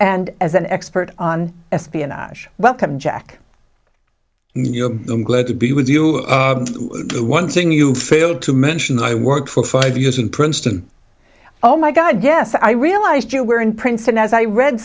and as an expert on espionage welcome jack you know i'm glad to be with you one thing you failed to mention that i worked for five years in princeton oh my god yes i realized you were in princeton as i read